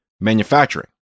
manufacturing